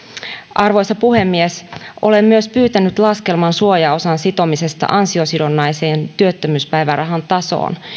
arvoisa puhemies olen myös pyytänyt laskelman suojaosan sitomisesta ansiosidonnaisen työttömyyspäivärahan tasoon